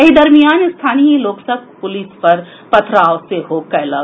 एहि दरमियान स्थानीय लोक सभ पुलिस पर पथराव सेहो कयलनि